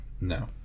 No